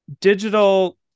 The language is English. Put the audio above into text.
digital